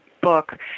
book